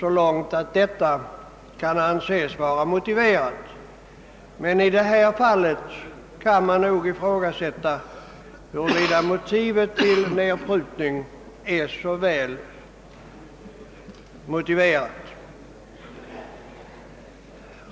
så långt detta kan anses vara motiverat, men i detta fall kan man ifrågasätta huruvida motivet till nedprutningen är bärande.